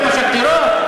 זה משט טרור?